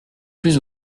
plus